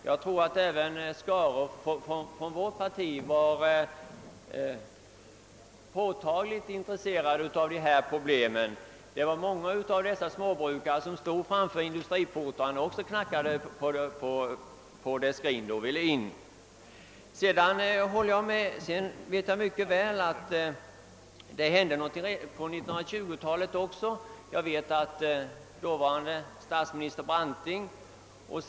Jag tror dock att även skaror från vårt parti var påtagligt intresserade av dessa problem. Många småbrukare stod framför industriportarna och knackade på för att komma in. Jag vet mycket väl att Branting 1920 tillsatte en kommitté för att utreda frågan om ökat inflytande för de anställda.